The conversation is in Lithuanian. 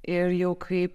ir jau kai